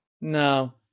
No